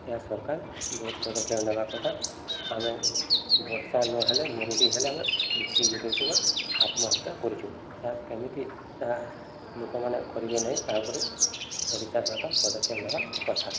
ଏହା ସରକାର ବହୁତ ପଦକ୍ଷେପ ନେବା କଥା ଆମେ ବର୍ଷା ନହେଲେ ମରୁଡ଼ି ହେଲେ ଆମେ ଉଚ୍କି ହେଇଯାଉଛୁ ବା ଆତ୍ମହତ୍ୟା କରୁଛୁ ତାହା କେମିତି ତାହା ଲୋକମାନେ କରିବେ ନାହିଁ ତାହା ଉପରେ ଓଡ଼ିଶା ସରକାର ପଦକ୍ଷେପ ନେବା କଥା